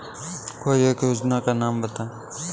कोई एक योजना का नाम बताएँ?